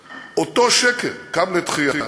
1920. אותו שקר קם לתחייה,